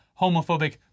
homophobic